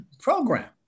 program